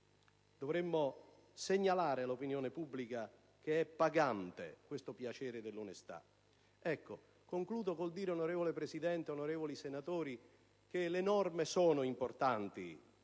Dovremmo segnalare all'opinione pubblica che è pagante questo piacere dell'onestà. Onorevole Presidente e onorevoli senatori, le norme sono importanti,